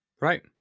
Right